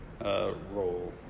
role